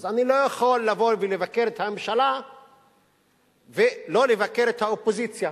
אז אני לא יכול לבוא ולבקר את הממשלה ולא לבקר את האופוזיציה.